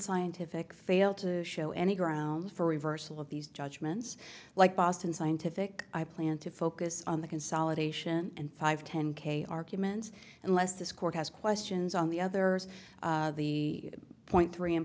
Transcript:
scientific fail to show any grounds for reversal of these judgments like boston scientific i plan to focus on the consolidation and five ten k arguments unless this court has questions on the others point three and